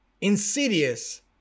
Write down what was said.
insidious